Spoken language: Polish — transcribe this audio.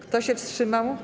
Kto się wstrzymał?